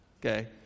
Okay